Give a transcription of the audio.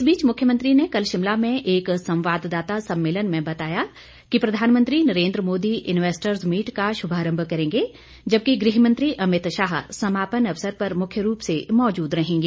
इस बीच मुख्यमंत्री ने कल शिमला में एक संवाददाता सम्मेलन में बताया कि प्रधानमंत्री नरेंद्र मोदी इन्वेस्टर्स मीट का शुभारंभ करेंगे जबकि गृह मंत्री अमित शाह समापन अवसर पर मुख्य रूप से मौजूद रहेंगे